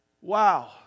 Wow